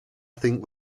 think